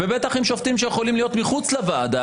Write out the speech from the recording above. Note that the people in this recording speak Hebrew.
ובטח עם שופטים שיכולים להיות מחוץ לוועדה,